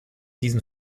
diesen